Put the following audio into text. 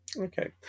Okay